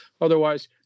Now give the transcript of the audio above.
Otherwise